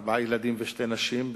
ארבעה ילדים ושתי נשים,